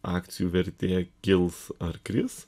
akcijų vertė kils ar kris